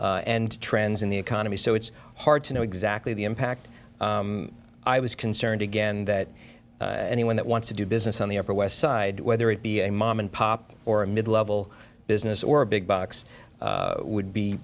cycles and trends in the economy so it's hard to know exactly the impact i was concerned again that anyone that wants to do business on the upper west side whether it be a mom and pop or a mid level business or big bucks would be